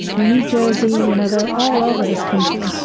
new jersey, you know, they're all over this country,